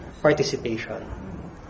participation